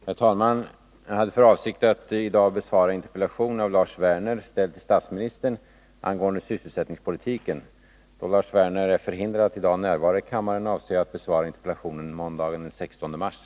kommun Herr talman! Jag hade för avsikt att i dag besvara en interpellation av Lars Werner ställd till statsministern angående sysselsättningspolitiken. Då Lars Werner är förhindrad att i dag närvara i kammaren avser jag att besvara interpellationen måndagen den 16 mars.